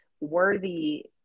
worthy